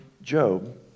Job